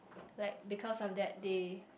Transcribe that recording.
like because of that they